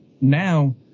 now